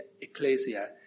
Ecclesia